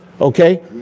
okay